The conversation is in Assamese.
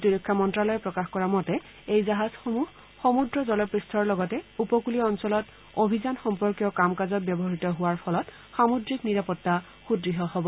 প্ৰতিৰক্ষা মন্ত্যালয়ে প্ৰকাশ কৰা মতে এই জাহাজসমূহ সমূদ্ৰ জলপূঠৰ লগতে উপকূলীয় অঞ্চলত অভিযান সম্পৰ্কীয় কাম কাজত ব্যৱহৃত হোৱাৰ ফলত সামুদ্ৰিক নিৰাপত্তা সুদৃঢ় হব